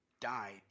died